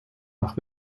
nach